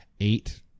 eight